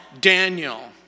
Daniel